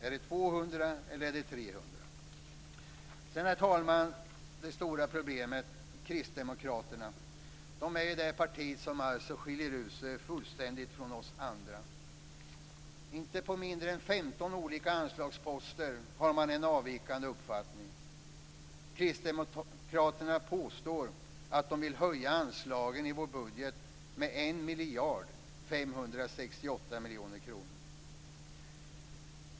Är det 200 eller är det Sedan, herr talman, har vi det stora problemet: Kristdemokraterna. Det är det parti som fullständigt skiljer ut sig från oss andra. Inte på mindre än 15 olika anslagsposter har man en avvikande uppfattning. Kristdemokraterna påstår att de vill höja anslagen i vår budget med 1 568 000 000 kr.